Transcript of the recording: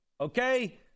okay